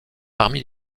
parmi